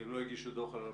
כי הם לא הגישו דוח על 2018?